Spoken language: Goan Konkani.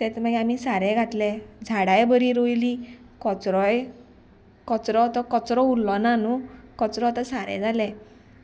तेत मागीर आमी सारें घातले झाडाय बरी रोयली कचरोय कचरो तो कचरो उरलो ना न्हू कचरो आतां सारें जालें